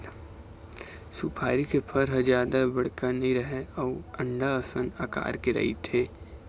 सुपारी के फर ह जादा बड़का नइ रहय अउ अंडा असन अकार के रहिथे